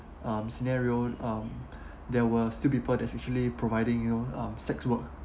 um scenario um there were still people there's actually providing you know um sex work